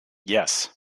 yes